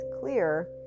clear